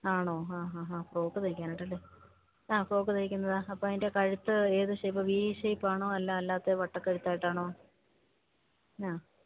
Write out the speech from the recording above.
ആണോ ഹാ ഹാ ഹാ ഫ്രോക്ക് തയ്ക്കാനായിട്ടാണല്ലേ ആ ഫ്രോക്ക് തയ്ക്കുന്നതാണ് അപ്പോള് അതിൻ്റെ കഴുത്ത് ഏത് ഷെയ്പ്പാണ് വി ഷെയ്പ്പാണോ അല്ല അല്ലാതെ വട്ടകഴുത്തായിട്ടാണോ ആ